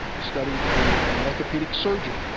studying to be an orthopedic surgeon,